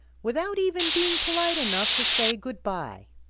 without even being polite enough to say good-by.